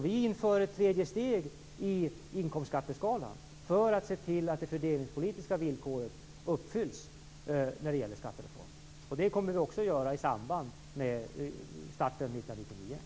Vi inför alltså ett tredje steg i inkomstskatteskalan för att se till att det fördelningspolitiska villkoret i skattereformen uppfylls. Detta kommer vi också att göra i samband med starten 1999.